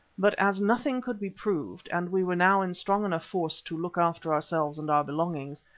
but as nothing could be proved, and we were now in strong enough force to look after ourselves and our belongings,